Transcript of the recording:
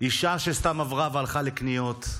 אישה שסתם עברה והלכה לקניות,